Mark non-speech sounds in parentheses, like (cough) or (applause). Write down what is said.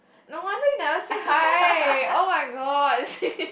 no wonder you never say hi oh-my-gosh (laughs)